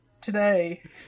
today